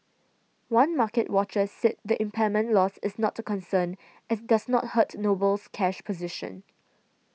one market watcher said the impairment loss is not a concern as it does not hurt Noble's cash position